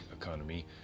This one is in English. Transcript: Economy